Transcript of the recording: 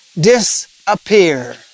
disappear